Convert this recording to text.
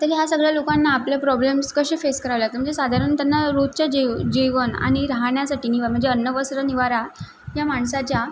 तर ह्या सगळ्या लोकांना आपल्या प्रॉब्लेम्स कसे फेस करावे लागतं म्हणजे साधारण त्यांना रोजच्या जेव जेवण आणि राहण्यासाठी निवारा म्हणजे अन्नवस्त्रनिवारा ह्या माणसाच्या